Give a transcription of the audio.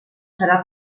serà